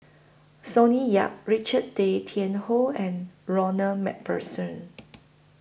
Sonny Yap Richard Tay Tian Hoe and Ronald MacPherson